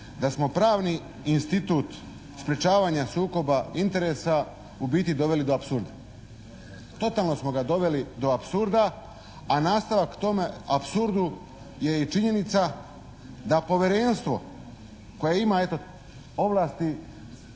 da smo pravni institut sprječavanja sukoba interesa u biti doveli do apsurda. Totalno smo ga doveli do apsurda a nastavak tome apsurdu je i činjenica da povjerenstvo koje ima eto ovlasti,